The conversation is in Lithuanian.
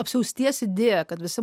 apsiausties idėja kad visi